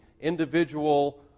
individual